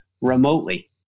remotely